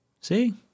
See